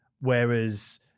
whereas